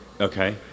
Okay